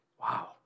Wow